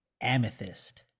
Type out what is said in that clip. amethyst